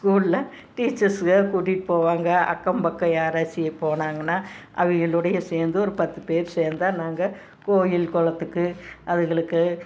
ஸ்கூல்ல டீச்சர்ஸுங்க கூட்டிட்டு போவாங்க அக்கம் பக்கம் யாராச்சு போனாங்கன்னா அவிங்களுடையே சேர்ந்து ஒரு பத்து பேர் சேர்ந்துதான் நாங்கள் கோயில் குளத்துக்கு அதுங்களுக்கு